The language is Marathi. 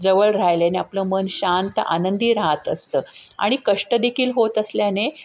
जवळ राहिलेने आपलं मन शांत आनंदी राहत असतं आणि कष्टदेखील होत असल्याने